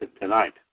tonight